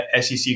SEC